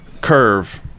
Curve